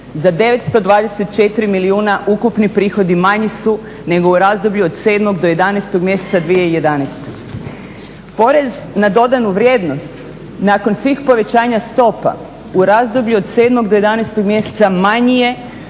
924 milijuna ukupni prihodi manji su nego u razdoblju od 7.do 11.mjeseca 2011. Porez na dodanu vrijednost nakon svih povećanja stopa u razdoblju od 7.do 11.mjeseca manji je